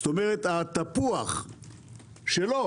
זאת אומרת, התפוח שלו